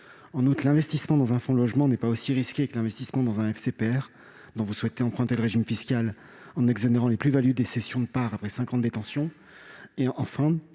En outre, l'investissement dans un fonds de logement n'est pas aussi risqué que l'investissement dans un fonds commun de placement à risque (FCPR), dont vous souhaitez emprunter le régime fiscal en exonérant les plus-values des cessions de parts après cinq ans de détention.